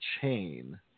chain